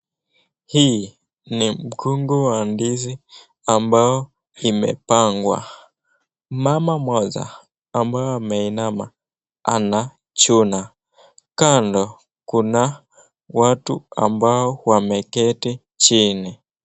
Hii ni rundo la ndizi ambao imepangwa mama moja ambaye ameinama anashona kando kuna watu ambao wameketi chini.